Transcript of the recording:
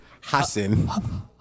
Hassan